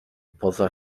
poza